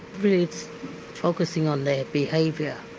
really focusing on their behaviour,